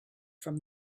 from